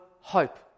hope